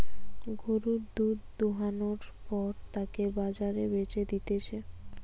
গরুর দুধ দোহানোর পর তাকে বাজারে বেচে দিতেছে